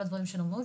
לליווי.